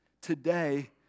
today